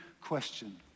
question